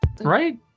Right